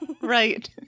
Right